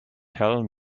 tell